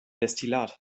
destillat